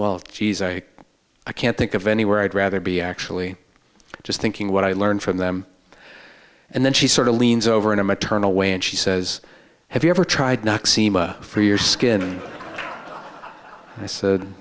well she's a i can't think of anywhere i'd rather be actually just thinking what i learned from them and then she sort of leans over in a maternal way and she says have you ever tried noxzema for your skin and i said